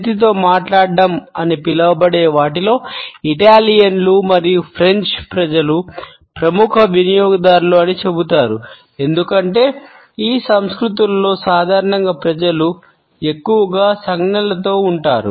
చేతితో మాట్లాడటం అని పిలవబడే వాటిలో ఇటాలియన్లు ప్రజలు ప్రముఖ వినియోగదారులు అని చెబుతారు ఎందుకంటే ఈ సంస్కృతులలో సాధారణంగా ప్రజలు ఎక్కువగా సంజ్ఞలతో ఉంటారు